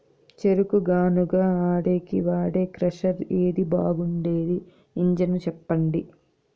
చెరుకు గానుగ ఆడేకి వాడే క్రషర్ ఏది బాగుండేది ఇంజను చెప్పండి?